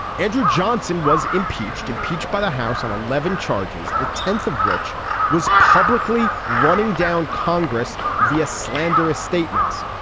andrew johnson was impeached impeached by the house on eleven charges the tenth of which was publicly running down congress via slanderous statements.